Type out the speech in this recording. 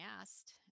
asked